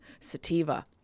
sativa